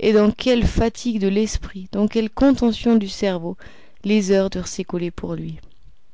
et dans quelles fatigues de l'esprit dans quelle contention du cerveau les heures durent s'écouler pour lui